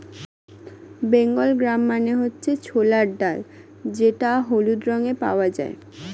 Bengal gram মানে হচ্ছে ছোলার ডাল যেটা হলুদ রঙে পাওয়া যায়